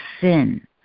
sin